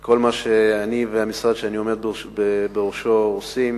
כל מה שאני והמשרד שאני עומד בראשו עושים